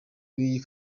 w’iyi